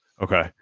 Okay